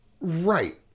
Right